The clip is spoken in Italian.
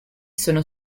sono